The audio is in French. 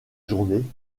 journée